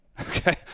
okay